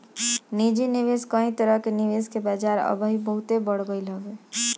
निजी निवेश कई तरह कअ निवेश के बाजार अबही बहुते बढ़ गईल हवे